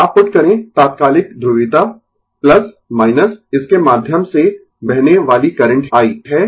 और आप पुट करें तात्कालिक ध्रुवीयता इसके माध्यम से बहने वाली करंट I है